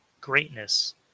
greatness